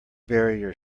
barrier